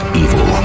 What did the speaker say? evil